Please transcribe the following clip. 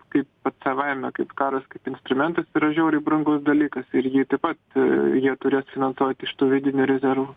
kaip pats savaime kaip karas kaip instrumentas yra žiauriai brangus dalykas ir jį taip pat jie turės finansuoti iš tų vidinių rezervų